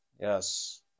Yes